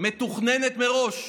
מתוכננת מראש,